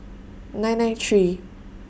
nine nine three